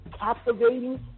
captivating